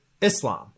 Islam